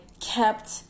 Kept